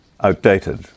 outdated